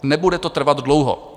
Nebude to trvat dlouho!